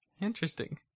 interesting